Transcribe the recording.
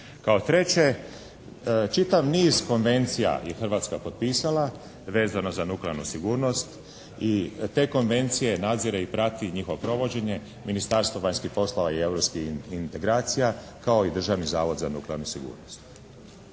Kao treće, čitav niz konvencija je Hrvatska potpisala vezano za nuklearnu sigurnost. I te konvencije nadzire i prati njihovo provođenje Ministarstvo vanjskih poslova i europskih integracija kao i Državni zavod za nuklearnu sigurnost.